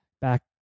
back